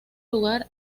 lugar